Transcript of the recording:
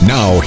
Now